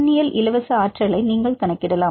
மின்னியல் இலவச ஆற்றலை நீங்கள் கணக்கிடலாம்